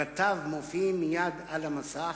פרטיו מופיעים מייד על המסך,